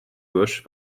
gauche